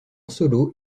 solo